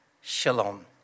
shalom